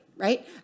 Right